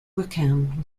wickham